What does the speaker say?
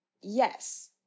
Yes